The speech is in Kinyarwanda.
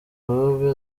baba